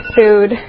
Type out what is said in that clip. food